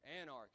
anarchy